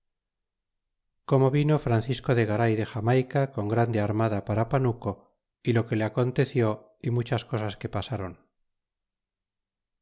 como vino francisco de garay de jamayca con grande armada para panuco y lo que le aconteció y muchas cosas que pasaron